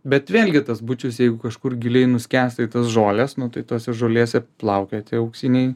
bet vėlgi tas bučius jeigu kažkur giliai nuskęsta į tas žoles nu tai tose žolėse plaukioja tie auksiniai